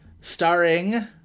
starring